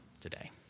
today